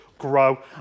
grow